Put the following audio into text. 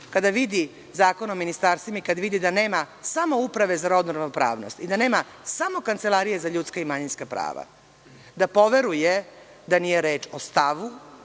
kada vidi Zakon o ministarstvima i kada vidi da nema samo Uprave za rodnu ravnopravnost i da nema samo Kancelarije za ljudska i manjinska prava, da poveruje da nije reč o stavu,